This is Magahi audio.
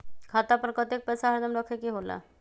खाता पर कतेक पैसा हरदम रखखे के होला?